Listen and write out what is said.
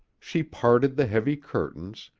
she parted the heavy curtains,